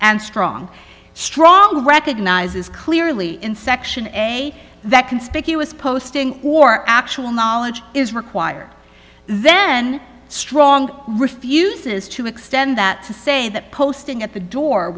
and strong strong recognizes clearly in section a that conspicuous posting or actual knowledge is required then strong refuses to extend that to say that posting at the door